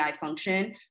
function